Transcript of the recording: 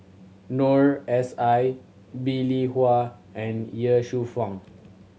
Noor S I Bee Lee Wah and Ye Shufang